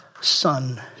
son